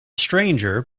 stranger